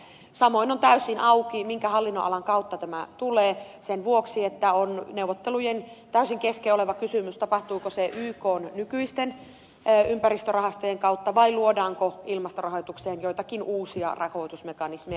samoin on täysin auki minkä hallinnonalan kautta tämä tulee sen vuoksi että neuvottelujen täysin kesken oleva kysymys on tapahtuuko se ykn nykyisten ympäristörahastojen kautta vai luodaanko ilmastorahoitukseen joitakin uusia rahoitusmekanismeja